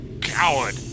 coward